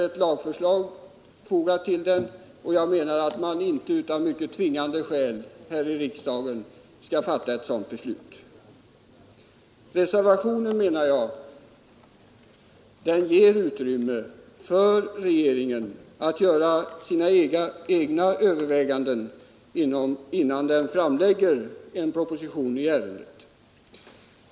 Ett lagförslag är fogat till den, och jag anser att man inte utan mycket tvingande skäl här i riksdagen skall godkänna ett enskilt sådant förslag. Reservationen ger utrymme för regeringen att göra sina egna överväganden, innan den framlägger en proposition i ärendet.